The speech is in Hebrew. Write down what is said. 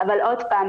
אבל עוד פעם,